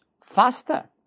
faster